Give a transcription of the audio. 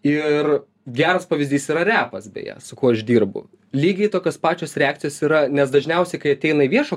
ir geras pavyzdys yra retas beje su kuo aš dirbu lygiai tokios pačios reakcijos yra nes dažniausiai kai ateina į viešo